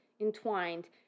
entwined